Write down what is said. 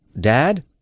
Dad